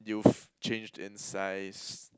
you've changed in size